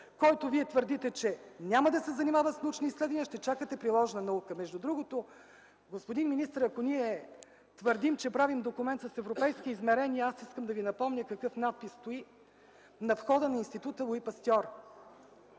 който Вие твърдите, че няма да се занимава с научни изследвания, а ще чакате приложна наука. Между другото, господин министър, ако ние твърдим, че правим документ с европейски измерения, аз искам да Ви напомня какъв надпис стои на входа на Института „Луи Пастьор”.